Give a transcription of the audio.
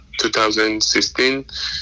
2016